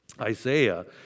Isaiah